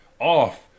off